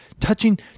touching